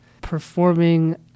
performing